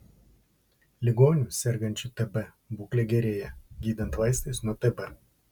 ligonių sergančių tb būklė gerėja gydant vaistais nuo tb